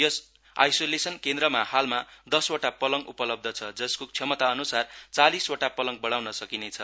यस isolation केन्द्रमा हालमा दशवटा पलङ उपलब्ध छ जसोक क्षमता अनुसार चालिसवटा पलङ बढाउन सकिनेछ